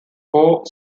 four